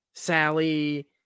Sally